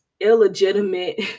illegitimate